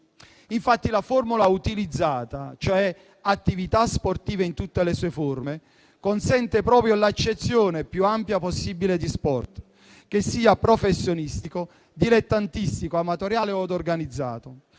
Infatti, la formula utilizzata, quella di «attività sportive in tutte le sue forme», consente proprio l'accezione più ampia possibile di sport, che sia professionistico, dilettantistico, amatoriale o organizzato;